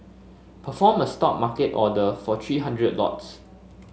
perform a Stop market order for three hundred lots